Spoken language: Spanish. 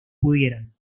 pudieran